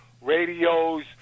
radios